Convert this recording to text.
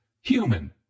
human